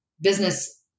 business